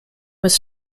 was